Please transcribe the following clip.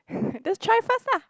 just try first lah